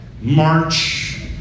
March